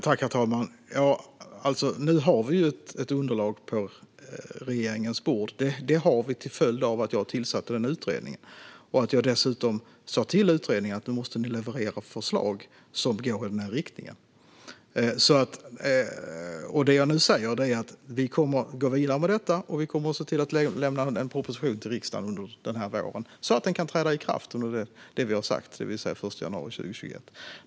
Herr talman! Nu har vi ett underlag på regeringens bord, och det har vi till följd av att vi tillsatte utredningen. Jag sa dessutom till utredningen att de måste leverera förslag som går i denna riktning. Det jag nu säger är att regeringen kommer att gå vidare med detta och att vi kommer att se till att lämna en proposition till riksdagen under våren så att lagstiftningen kan träda i kraft när vi har sagt, det vill säga den 1 januari 2021.